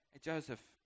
Joseph